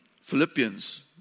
Philippians